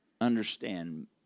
understand